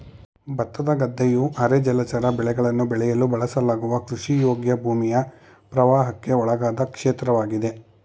ಭತ್ತದ ಗದ್ದೆಯು ಅರೆ ಜಲಚರ ಬೆಳೆಗಳನ್ನು ಬೆಳೆಯಲು ಬಳಸಲಾಗುವ ಕೃಷಿಯೋಗ್ಯ ಭೂಮಿಯ ಪ್ರವಾಹಕ್ಕೆ ಒಳಗಾದ ಕ್ಷೇತ್ರವಾಗಿದೆ